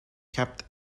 kept